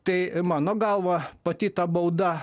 tai mano galva pati ta bauda